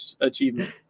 achievement